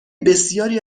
بسیاری